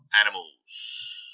animals